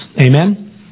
Amen